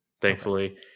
thankfully